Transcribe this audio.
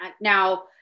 Now